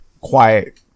quiet